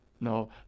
no